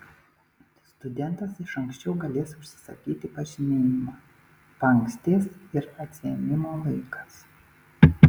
studentas iš ankščiau galės užsisakyti pažymėjimą paankstės ir atsiėmimo laikas